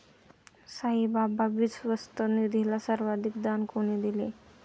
साईबाबा विश्वस्त निधीला सर्वाधिक दान कोणी दिले?